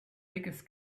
biggest